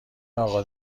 اقا